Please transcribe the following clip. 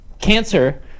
cancer